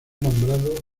nombrado